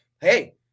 Hey